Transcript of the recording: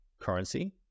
currency